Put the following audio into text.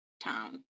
town